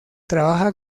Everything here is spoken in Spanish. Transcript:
trabaja